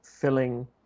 filling